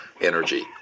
energy